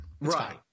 Right